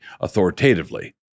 authoritatively